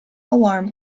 alarm